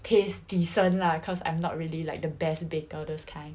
taste decent lah cause I'm not really like the best baker those kind